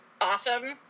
awesome